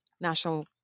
national